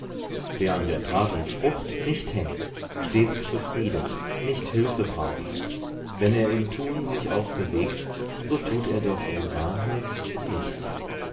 wer an der taten frucht nicht hängt stets zufrieden nicht hülfe braucht wenn er im tun sich auch bewegt so tut er doch in wahrheit nichts